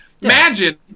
imagine